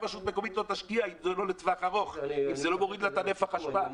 רשות מקומית לא תשקיע אם זה לא לטווח ארוך ולא מוריד לה את נפח האשפה.